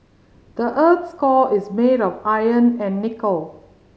the earth's core is made of iron and nickel